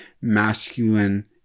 masculine